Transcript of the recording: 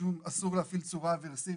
אסור להפעיל צורה אברסיבית,